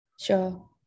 sure